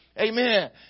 amen